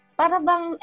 parabang